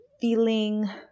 feeling